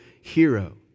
hero